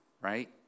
right